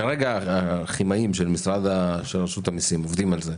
כרגע הכימאים של רשות המיסים עובדים על זה,